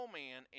man